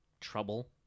trouble